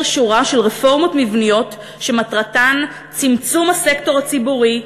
שורה של רפורמות מבניות שמטרתן צמצום הסקטור הציבורי,